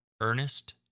Ernest